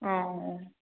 ହଁ